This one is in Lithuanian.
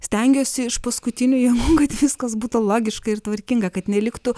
stengiuosi iš paskutiniųjų kad viskas būtų logiška ir tvarkinga kad neliktų